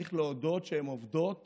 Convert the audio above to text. צריך להודות שהן עובדות